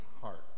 heart